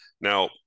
Now